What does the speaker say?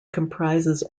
comprises